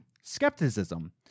skepticism